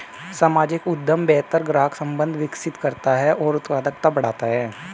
सामाजिक उद्यम बेहतर ग्राहक संबंध विकसित करता है और उत्पादकता बढ़ाता है